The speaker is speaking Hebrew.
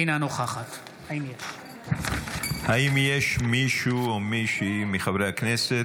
אינה נוכחת האם יש מישהו או מישהי מחברי הכנסת,